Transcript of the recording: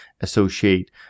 associate